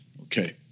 Okay